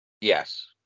yes